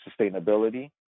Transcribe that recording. sustainability